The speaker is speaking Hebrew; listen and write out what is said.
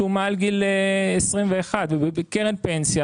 שהוא מעל גיל 21. קרן פנסיה,